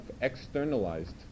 externalized